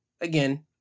Again